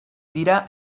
dira